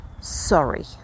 sorry